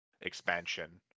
expansion